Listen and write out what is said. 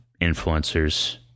influencers